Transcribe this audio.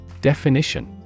Definition